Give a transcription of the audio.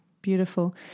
Beautiful